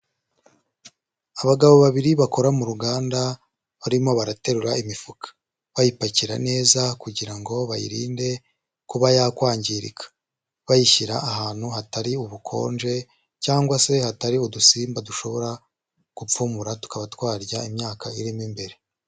Abagabo babiri bakora mu ruganda barimo baraterura imifuka, bayipakira neza kugira ngo bayirinde kuba yakwangirika, bayishyira ahantu hatari ubukonje cyangwa se hatari udusimba dushobora gupfumura tukaba twarya imyaka irimo imbere.